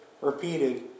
repeated